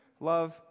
love